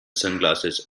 sunglasses